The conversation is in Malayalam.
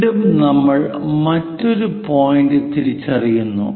വീണ്ടും നമ്മൾ മറ്റൊരു പോയിന്റ് തിരിച്ചറിയുന്നു